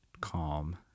calm